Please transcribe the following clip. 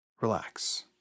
relax